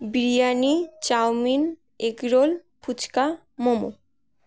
biryani chowmein egg roll fuchka momo